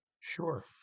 Sure